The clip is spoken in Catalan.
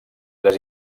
les